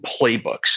playbooks